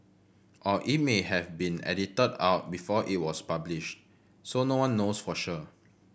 or it may have been edited out before it was published so no one knows for sure